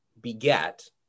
beget